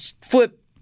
flip